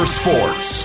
sports